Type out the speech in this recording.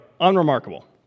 unremarkable